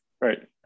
right